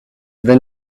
then